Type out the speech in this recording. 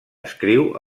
escriu